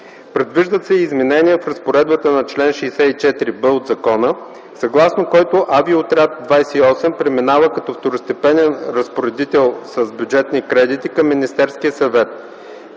Предвиждат се и изменения в разпоредбата на чл. 64б от закона, съгласно които Авиоотряд 28 преминава като второстепенен разпоредител с бюджетни кредити към Министерския съвет,